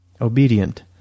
Obedient